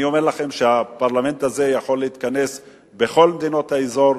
אני אומר לכם שהפרלמנט הזה יכול להתכנס בכל מדינות האזור,